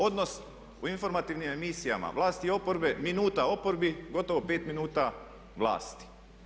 Odnos u informativnim emisijama, vlast i oporbe, minuta oporbi gotovo pet minuta vlasti.